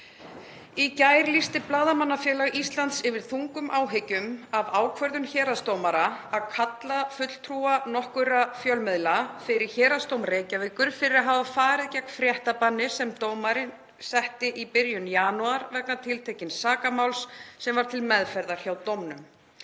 Í gær lýsti Blaðamannafélag Íslands yfir þungum áhyggjum af ákvörðun héraðsdómara að kalla fulltrúa nokkurra fjölmiðla fyrir Héraðsdóm Reykjavíkur fyrir að hafa farið gegn fréttabanni sem dómarinn setti í byrjun janúar vegna tiltekins sakamáls sem var til meðferðar hjá dómnum.